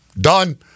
done